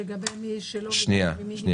שנייה.